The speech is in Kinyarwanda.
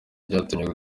ryatumye